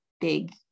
big